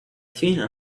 tina